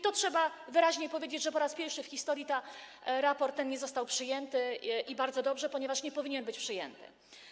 Trzeba wyraźnie powiedzieć, że po raz pierwszy w historii ten raport nie został przyjęty, i bardzo dobrze, ponieważ on nie powinien być przyjęty.